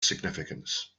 significance